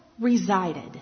resided